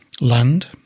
Land